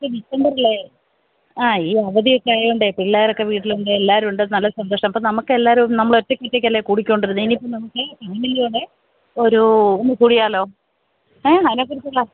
ഡിസംബറിലേ ആ ഈ അവധിയൊക്കെ ആയതുകൊണ്ടേ പിള്ളോരൊക്കെ വീട്ടിലുണ്ട് എല്ലാവരും ഉണ്ട് നല്ല സന്തോഷം അപ്പോള് നമുക്ക് എല്ലാവരും നമ്മള് ഒറ്റയ്ക്കൊറ്റയ്ക്കല്ലേ കൂടിക്കോണ്ടിരുന്നത് ഇനി ഇപ്പോള് നമുക്ക് ഫാമിലിയുടെ ഒരു ഒന്നു കുടിയാലോ ഏ അതിനെക്കുറിച്ചുള്ള